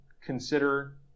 consider